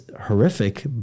horrific